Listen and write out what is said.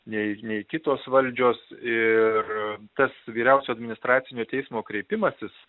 nei nei kitos valdžios ir tas vyriausio administracinio teismo kreipimasis